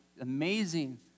amazing